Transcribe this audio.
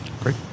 great